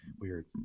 weird